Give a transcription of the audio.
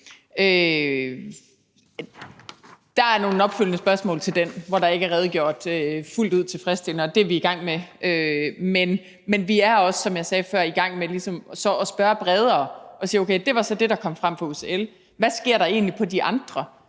der er nogle opfølgende spørgsmål til den, i forhold til at der ikke er redegjort fuldt ud tilfredsstillende, og det er vi i gang med. Men vi er også, som jeg sagde før, i gang med ligesom så at spørge bredere og sige: Det var så det, der kom frem på UCL – hvad sker der egentlig på de andre